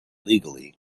legally